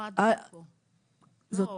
זו